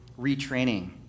retraining